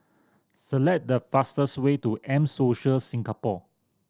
select the fastest way to M Social Singapore